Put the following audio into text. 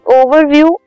overview